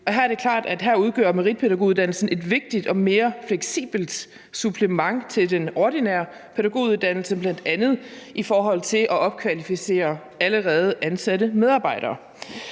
her udgør meritpædagoguddannelsen et vigtigt og mere fleksibelt supplement til den ordinære pædagoguddannelse, bl.a. i forhold til at opkvalificere allerede ansatte medarbejdere.